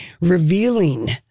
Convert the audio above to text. revealing